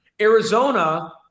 Arizona